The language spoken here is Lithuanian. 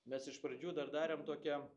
mes iš pradžių dar darėm tokią